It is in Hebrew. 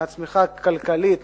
מהצמיחה הכלכלית,